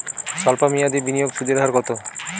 সল্প মেয়াদি বিনিয়োগে সুদের হার কত?